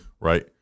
Right